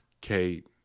Kate